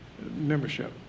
membership